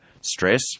stress